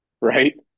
right